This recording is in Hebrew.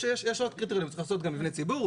יש עוד קריטריונים הוא צריך לעשות מבני ציבור,